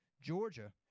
Georgia